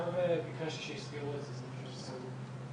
אנחנו רוצים להבין